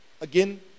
again